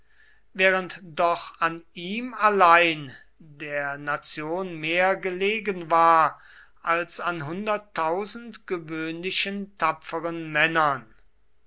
während doch an ihm allein der nation mehr gelegen war als an hunderttausend gewöhnlichen tapferen männern